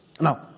Now